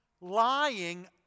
Lying